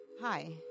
Hi